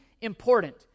important